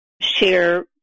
share